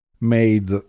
made